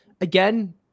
again